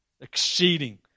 Exceeding